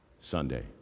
Sunday